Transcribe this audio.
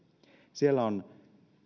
siellä on